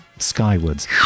Skywards